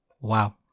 Wow